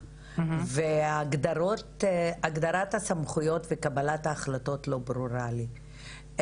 והגדרת הסמכויות לקבלת ההחלטות לא ברורה לי.